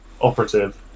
operative